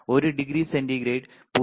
ഒരു degree centigrade 0